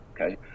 okay